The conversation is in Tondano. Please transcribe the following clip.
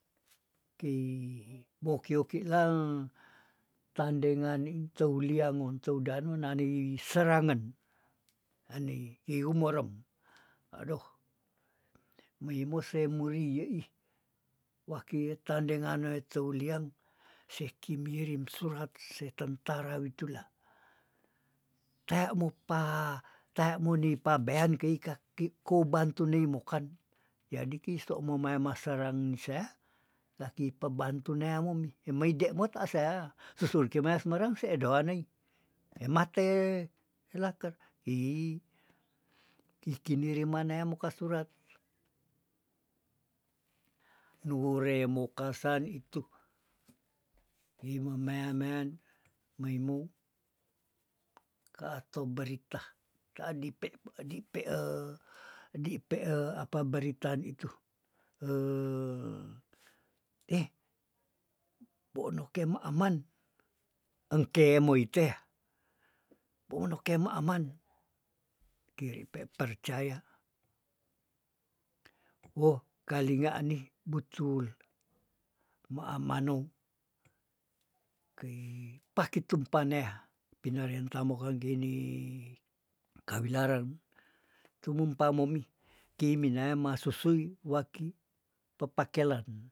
Kei boki oki lang tandengan nei touliangon toudano nanei serangen anei yeyu morem adoh meimo semuri yeih waki ye tandengan ne touliang sekimirim surat se tentara witula, tea mopa tea monipa bean kenika kikou bantu neimokan yadi ki seomo mae maserang nisea laki pebantu nea momi emei demot ta sea susul kimea semerang se edoa nei, emate elaker hi, ki kiniri ma neamo ka surat, nuwure mokasan itu wime mea- mean meimou, kaato berita tadi pe pedi pe di pe apa beritaan itu eh bono ke ma aman engke moitea bono ke ma aman keri pe percaya woh kalinga ani butul moa manou kei pake tumpa neah pina renta mokanggini kawilareng tumumpa momih kei minae masusui waki pepakelan.